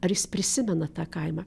ar jis prisimena tą kaimą